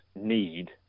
need